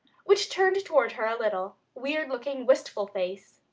which turned toward her a little, weird-looking, wistful face.